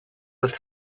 with